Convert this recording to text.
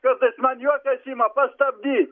kartais man juokas ima pastabdy